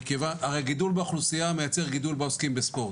הרי הגידול באוכלוסייה מייצר גידול בעוסקים בספורט,